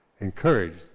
encouraged